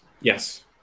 Yes